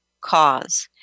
cause